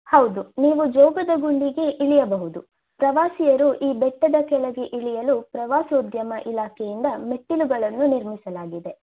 ಹೌದು ನೀವು ಜೋಗದ ಗುಂಡಿಗೆ ಇಳಿಯಬಹುದು ಪ್ರವಾಸಿಗರು ಈ ಬೆಟ್ಟದ ಕೆಳಗೆ ಇಳಿಯಲು ಪ್ರವಾಸೋದ್ಯಮ ಇಲಾಖೆಯಿಂದ ಮೆಟ್ಟಿಲುಗಳನ್ನು ನಿರ್ಮಿಸಲಾಗಿದೆ